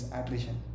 attrition